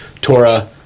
Torah